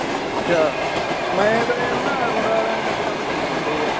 ਅੱਛਾ ਮੈਂ ਤਾਂ ਯਾਰ ਨਾ ਰੂੜਾ ਵਾਲਿਆਂ ਦੇ ਲੱਗਿਆ ਹੋਇਆ ਸੀ ਬਠਿੰਡੇ ਯਾਰ